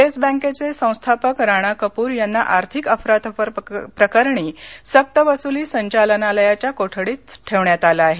yes बँकेचे संस्थापक राणा कपूर यांना आर्थिक अफरातफर प्रकरणी सक्तवसुली संचालनालयाच्या कोठडीत ठेवण्यात आलं आहे